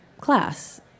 class